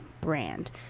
brand